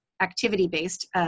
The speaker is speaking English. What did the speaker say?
activity-based